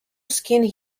skinned